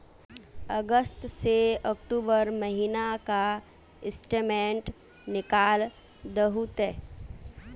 अगस्त से अक्टूबर महीना का स्टेटमेंट निकाल दहु ते?